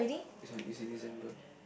it's on in December